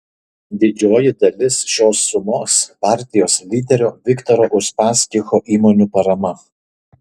didžioji dalis šios sumos partijos lyderio viktoro uspaskicho įmonių parama